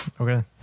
Okay